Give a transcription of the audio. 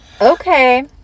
okay